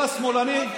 כל השמאלנים,